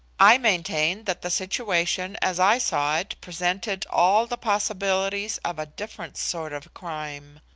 i maintain that the situation as i saw it presented all the possibilities of a different sort of crime.